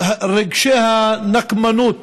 לרגשי הנקמנות